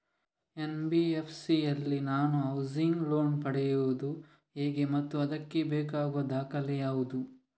NBFC ಯಲ್ಲಿ ನಾನು housing loan ಪಡೆಯುದು ಹೇಗೆ ಮತ್ತು ಅದಕ್ಕೆ ಬೇಕಾಗುವ ದಾಖಲೆ ಯಾವುದು?